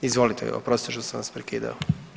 Izvolite, oprostite što sam vas prekidao.